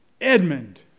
Edmund